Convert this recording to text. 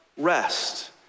Rest